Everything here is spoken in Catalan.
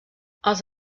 els